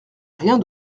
rien